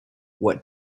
what